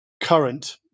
current